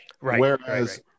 Whereas